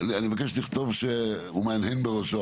אני מבקש לכתוב שהוא מהנהן בראשו,